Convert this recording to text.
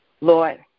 Lord